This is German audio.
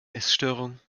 essstörung